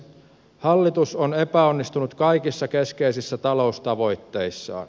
hallitus on epäonnistunut kaikissa keskeisissä taloustavoitteissaan